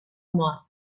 mort